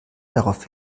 darauf